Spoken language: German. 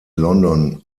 london